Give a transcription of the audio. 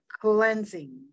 cleansing